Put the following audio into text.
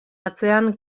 atzean